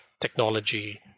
technology